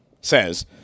says